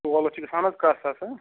تولہٕ چھِ گژھان حظ کاہ ساس ہا